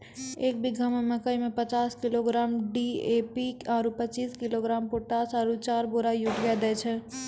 एक बीघा मे मकई मे पचास किलोग्राम डी.ए.पी आरु पचीस किलोग्राम पोटास आरु चार बोरा यूरिया दैय छैय?